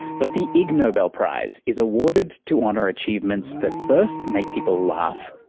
but the ig nobel prize is awarded to honour achievements that first make people laugh,